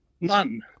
None